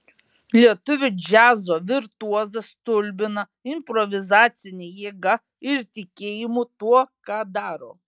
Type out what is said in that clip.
lietuvių džiazo virtuozas stulbina improvizacine jėga ir tikėjimu tuo ką daro